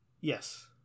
Yes